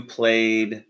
played